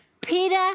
Peter